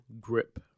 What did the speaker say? grip